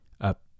up